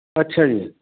ਅੱਛਾ ਜੀ